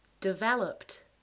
Developed